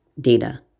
Data